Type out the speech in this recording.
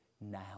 now